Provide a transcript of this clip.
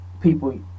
People